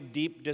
deep